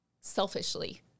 selfishly